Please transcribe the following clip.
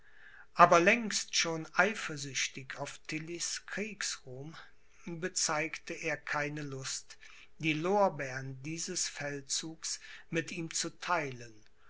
aber längst schon eifersüchtig auf tillys kriegsruhm bezeigte er keine lust die lorbeern dieses feldzugs mit ihm zu theilen